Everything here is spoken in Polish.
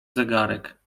zegarek